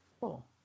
Cool